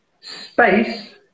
space